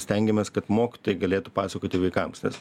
stengiamės kad mokytojai galėtų pasakoti vaikams nes